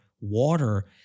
water